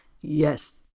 Yes